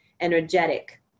energetic